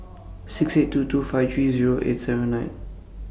six eight two two five three eight seven nine